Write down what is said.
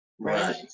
right